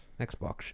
Xbox